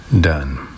done